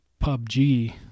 pubg